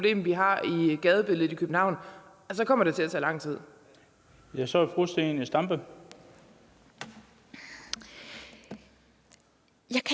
vi har i gadebilledet i København, så kommer det til at tage lang tid.